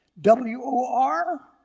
W-O-R